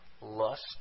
lust